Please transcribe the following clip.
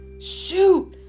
Shoot